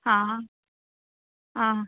आं आं